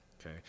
Okay